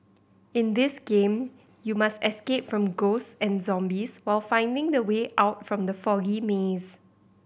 in this game you must escape from ghosts and zombies while finding the way out from the foggy maze